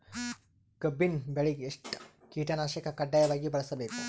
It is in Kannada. ಕಬ್ಬಿನ್ ಬೆಳಿಗ ಎಷ್ಟ ಕೀಟನಾಶಕ ಕಡ್ಡಾಯವಾಗಿ ಬಳಸಬೇಕು?